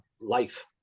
life